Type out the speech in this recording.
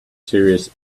serious